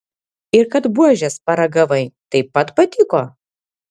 ir kad buožės paragavai taip pat patiko